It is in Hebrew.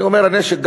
אני אומר נשק,